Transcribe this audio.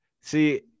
see